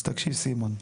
אז תקשיב סימון.